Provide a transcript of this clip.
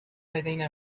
لدينا